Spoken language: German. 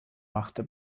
machte